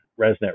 ResNet